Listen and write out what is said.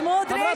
שבו, בבקשה.